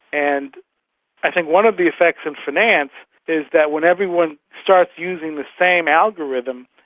and i think one of the effects in finance is that when everyone starts using the same algorithms,